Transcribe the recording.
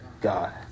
God